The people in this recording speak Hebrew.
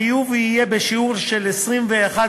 החיוב יהיה בשיעור של 21%,